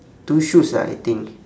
two shoes ah I think